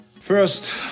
First